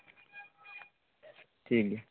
ᱴᱷᱤᱠᱜᱮᱭᱟ